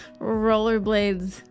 rollerblades